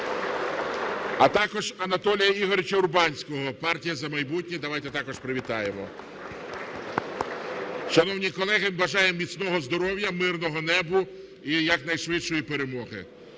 А також Анатолія Ігоровича Урбанського, партія "За майбутнє". Давайте також привітаємо. (Оплески) Шановні колеги, бажаємо міцного здоров'я, мирного неба і якнайшвидшої перемоги.